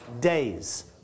days